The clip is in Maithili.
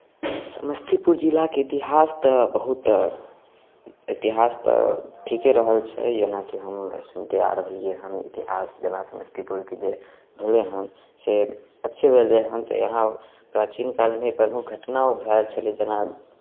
समस्तीपुर जिलाके इतिहास तऽ बहुत इतिहास तऽ ठीके रहल छै जेनाकि हमे सुनिते आ रहलियै हन इतिहास जेना समस्तीपुरके जे भेलै हन से अच्छे भेलै हन तऽ यहाँ प्राचीन कालमे प्रमुख घटना ओ भेल छलय जेना